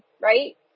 right